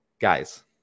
Guys